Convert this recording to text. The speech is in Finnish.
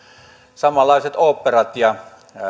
samanlaiset ooppera ja